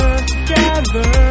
together